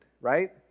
right